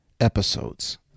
episodes